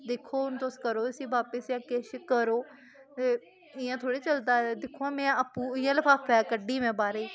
दिक्खो हून तुस इसी करो इसी बापस जां किश करो ते इ'यां थोह्ड़े चलदा दिक्खो हां में आपूं इ'यां लफाफा कड्ढी में बाह्रै गी